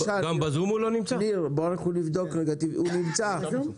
הוא נמצא בזום.